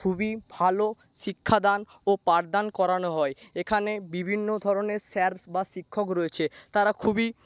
খুবই ভালো শিক্ষাদান ও পাঠদান করান হয় এখানে বিভিন্ন ধরনের স্যার বা শিক্ষক রয়েছে তারা খুবই